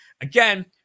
Again